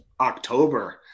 October –